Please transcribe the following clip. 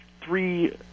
three